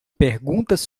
perguntas